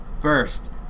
first